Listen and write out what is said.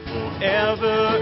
Forever